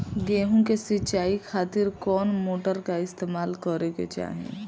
गेहूं के सिंचाई खातिर कौन मोटर का इस्तेमाल करे के चाहीं?